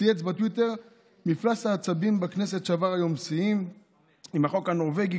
צייץ בטוויטר: "מפלס העצבים בכנסת שבר היום שיא עם החוק הנורבגי.